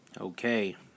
Okay